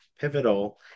Pivotal